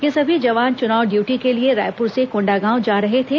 ये सभी जवान चुनाव ड्यूटी के लिए रायपुर से कोंडागांव जा रहे थे